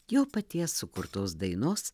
jo paties sukurtos dainos